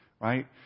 Right